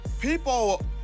people